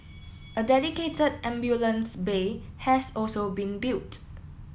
a dedicated ambulance bay has also been built